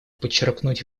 подчеркнуть